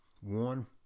One